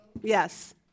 Yes